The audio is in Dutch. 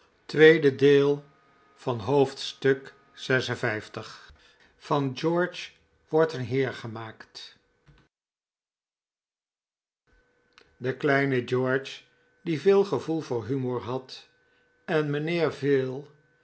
van uitgelezen zielen aan zijn overvloedigen disch onthaakle de kleine george die veel gevoel voor humor had en mijnheer